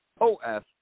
O-F